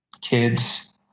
kids